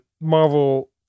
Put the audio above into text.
Marvel